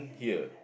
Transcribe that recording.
here